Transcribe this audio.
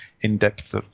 in-depth